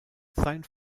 sein